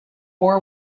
war